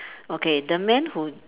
okay the man who